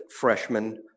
freshman